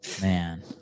Man